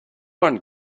one